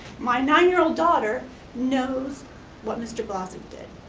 my nine year old daughter knows what mr. blazek did.